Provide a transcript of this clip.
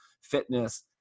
fitness